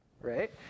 Right